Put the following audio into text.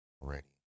already